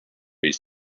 his